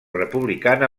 republicana